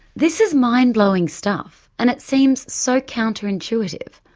this is mind blowing stuff and it seems so counterintuitive.